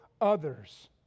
others